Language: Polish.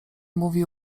mówi